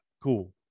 cool